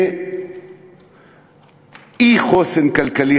מאי-חוסן כלכלי,